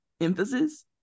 emphasis